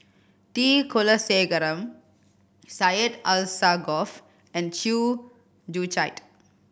T Kulasekaram Syed Alsagoff and Chew Joo Chiat